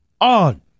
on